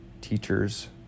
teachers